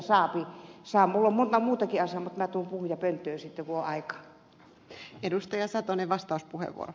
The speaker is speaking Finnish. minulla on muutakin asiaa mutta tulen puhujapönttöön sitten kun on aika